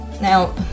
Now